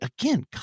Again